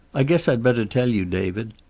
i guess i'd better tell you, david.